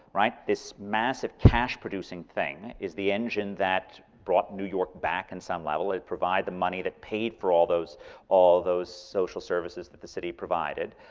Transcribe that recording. right, this massive cash-producing thing is the engine that brought new york back on and some level, it provided the money that paid for all those all those social services that the city provided.